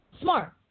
Smart